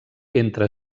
entre